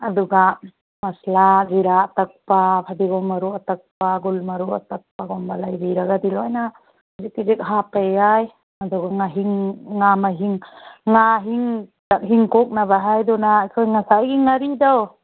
ꯑꯗꯨꯒ ꯃꯁꯂꯥ ꯖꯤꯔꯥ ꯑꯇꯛꯄ ꯐꯗꯤꯒꯣꯝ ꯃꯔꯨ ꯑꯇꯛꯄ ꯒꯨꯜ ꯃꯔꯨ ꯑꯇꯛꯄꯒꯨꯝꯕ ꯂꯩꯕꯤꯔꯒꯗꯤ ꯂꯣꯏꯅ ꯈꯖꯤꯛ ꯈꯖꯤꯛ ꯍꯥꯞꯄ ꯌꯥꯏ ꯑꯗꯨꯒ ꯉꯍꯤꯡ ꯉꯥ ꯃꯍꯤꯡ ꯉꯥꯍꯤꯡ ꯆꯥꯛꯍꯤꯡ ꯀꯣꯛꯅꯕ ꯍꯥꯏꯗꯨꯅ ꯑꯩꯈꯣꯏ ꯉꯁꯥꯏꯒꯤ ꯉꯥꯔꯤꯗꯣ